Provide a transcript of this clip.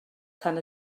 tan